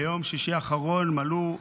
ביום שישי האחרון מלאו